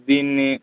దీన్ని